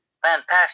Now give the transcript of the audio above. Fantastic